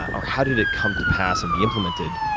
um or how did it come to pass and be implemented